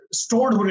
stored